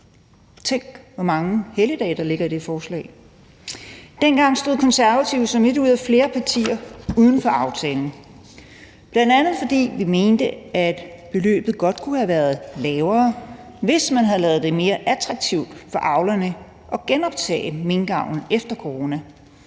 Tænk, hvor mange helligdage, der ligger i det forslag. Dengang stod Konservative som et ud af flere partier uden for aftalen, bl.a. fordi vi mente, at beløbet godt kunne have været lavere, hvis man havde lavet det mere attraktivt for avlerne at genoptage minkavlen efter corona,